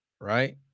right